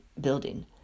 building